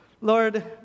Lord